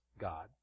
God